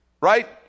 right